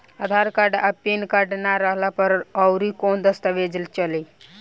आधार card आ PAN card ना रहला पर अउरकवन दस्तावेज चली?